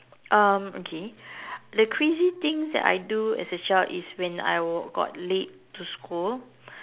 um okay the crazy things that I do as a child is when I was got late to school